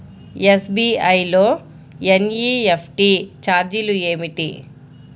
SBI లో NEFT ఛార్జీలు ఏమిటి?